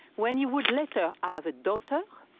when he would later ah have a daughter,